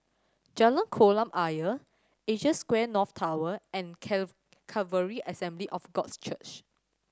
Jalan Kolam Ayer Asia Square North Tower and Calvary Assembly of God Church